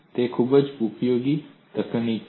તે ખૂબ જ ઉપયોગી તકનીક છે